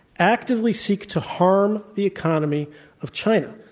actively seek to harm the economy of china,